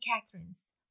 Catherine's